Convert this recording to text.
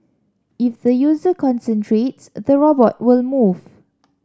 if the user concentrates the robot will move